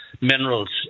minerals